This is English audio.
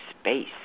space